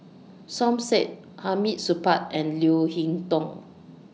Som Said Hamid Supaat and Leo Hee Tong